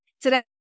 today